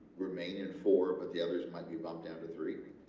remain in four but the others might be bumped down to three?